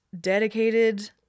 dedicated